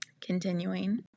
continuing